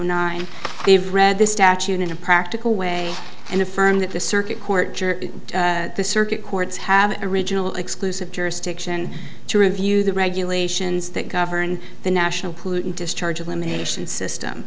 nine they've read the statute in a practical way and affirm that the circuit court the circuit courts have original exclusive jurisdiction to review the regulations that govern the national pollutant discharge of limitation system